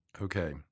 Okay